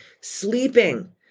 sleeping